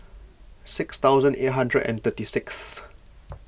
six thousand eight hundred and thirty sixth